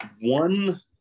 One